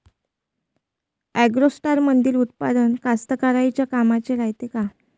ॲग्रोस्टारमंदील उत्पादन कास्तकाराइच्या कामाचे रायते का?